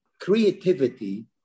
creativity